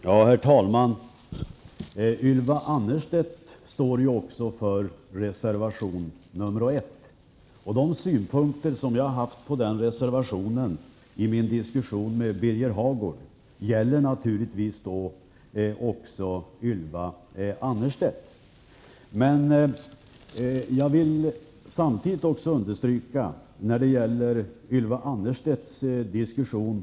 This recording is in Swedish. Herr talman! Ylva Annerstedt står också för reservation nr 1. De synpunkter jag har haft på den reservationen i min diskussion med Birger Hagård gäller naturligtvis även Ylva Annerstedt. Ylva Annerstedt tog upp kommunal och landstingsråden.